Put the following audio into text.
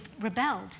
rebelled